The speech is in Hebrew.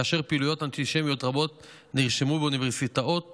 ופעילויות אנטישמיות רבות נרשמו באוניברסיטאות ובמכללות.